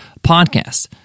podcast